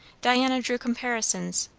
diana drew comparisons.